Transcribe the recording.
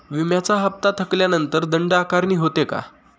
विम्याचा हफ्ता थकल्यानंतर दंड आकारणी होते का?